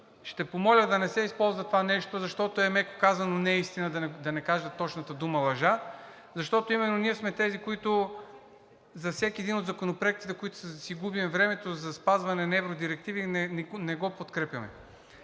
Ще помоля да не се използва това нещо, защото е, меко казано, неистина, да не кажа точната дума – лъжа, защото именно ние сме тези, които за всеки един от законопроектите, с които си губим времето, за спазване на евродирективи, не го подкрепяме.